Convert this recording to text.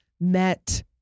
met